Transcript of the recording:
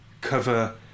cover